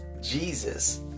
Jesus